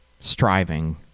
striving